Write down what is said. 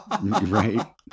Right